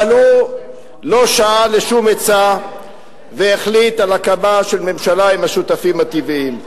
אבל הוא לא שעה לשום עצה והחליט על הקמה של ממשלה עם השותפים הטבעיים.